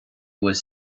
was